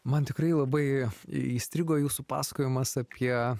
man tikrai labai į įstrigo jūsų pasakojimas apie